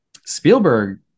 spielberg